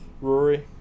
Rory